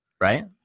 right